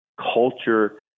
culture